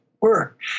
work